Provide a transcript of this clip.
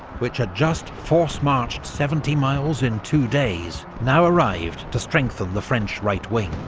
which had just force-marched seventy miles in two days, now arrived to strengthen the french right wing.